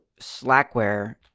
Slackware